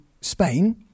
Spain